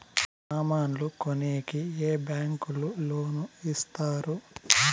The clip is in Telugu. సామాన్లు కొనేకి ఏ బ్యాంకులు లోను ఇస్తారు?